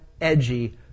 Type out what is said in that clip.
edgy